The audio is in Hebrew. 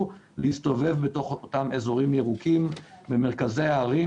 להסתובב בתוך אותם אזורים ירוקים במרכזי הערים,